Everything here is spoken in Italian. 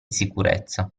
sicurezza